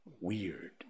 Weird